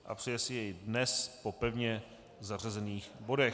A přeje si jej dnes po pevně zařazených bodech.